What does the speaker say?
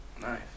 nice